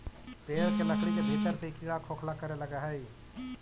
पेड़ के लकड़ी के भीतर से ही कीड़ा खोखला करे लगऽ हई